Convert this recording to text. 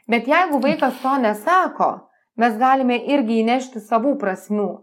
bet jeigu vaikas to nesako mes galime irgi įnešti savų prasmių